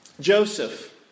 Joseph